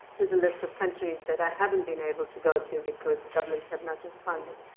there's a list of countries that i haven't been able to go to, because the governments have not responded.